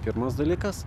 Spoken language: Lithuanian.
pirmas dalykas